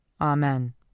Amen